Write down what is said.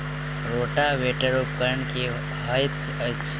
Rotavator उपकरण की हएत अछि?